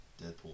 Deadpool